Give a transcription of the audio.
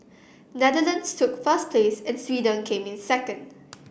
Netherlands took first place and Sweden came in second